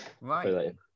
Right